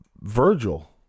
Virgil